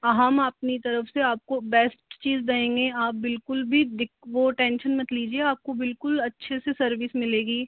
हम अपनी तरफ से आपको बेस्ट चीज़ देंगे आप बिल्कुल भी दिक वो टेंशन मत लीजिए आपको बिल्कुल अच्छे से सर्विस मिलेंगी